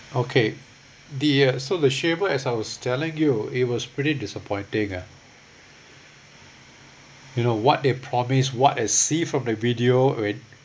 okay the uh so the shaver as I was telling you it was pretty disappointing ah you know what they promise what as see from the video when